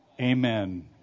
Amen